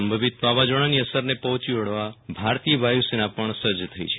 સંભવિત વાવાઝોડાની અસરને પહોંચી વળવા ભારતીય વાયુ સેના પણ સજ્જ થઇ છે